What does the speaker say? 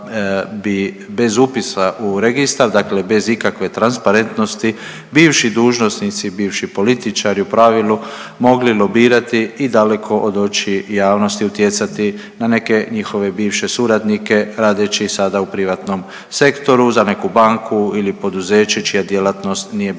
bi bez upisa u registar, dakle bez ikakve transparentnosti bivši dužnosnici, bivši političari u pravilu mogli lobirati i daleko od očiju javnosti utjecati na neke njihove bivše suradnike radeći sada u privatnom sektoru za neku banku ili poduzeće čija djelatnost nije bila